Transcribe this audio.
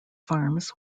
farms